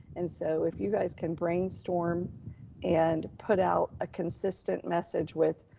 and so if you guys can brainstorm and put out a consistent message with,